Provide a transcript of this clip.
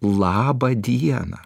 laba diena